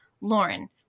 Lauren